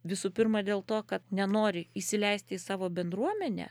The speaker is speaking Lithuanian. visų pirma dėl to kad nenori įsileisti į savo bendruomenę